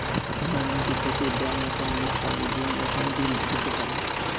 আমরা নিজে থেকেই ব্যাঙ্ক অ্যাকাউন্টের সাহায্যে বিভিন্ন রকমের বিল দিতে পারি